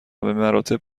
بمراتب